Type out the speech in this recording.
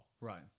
right